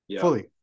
fully